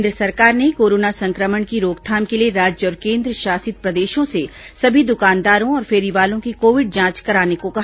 केंद्र सरकार ने कोरोना संक्रमण की रोकथाम के लिए राज्य और केंद्रशासित प्रदेशों से सभी दुकानदारों और फेरी वालों की कोविड जांच कराने को कहा